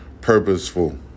purposeful